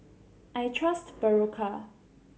I trust Berocca